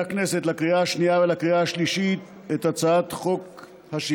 לקריאה השנייה ולקריאה השלישית, סליחה,